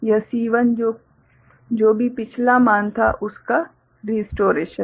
इस C1 में जो भी पिछला मान था उसका रीस्टोरेशन